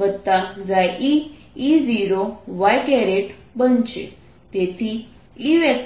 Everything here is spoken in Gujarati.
22eE0y D1e0E 2 1e2e0E0y તેથી E22eE0y છે